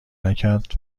نکرد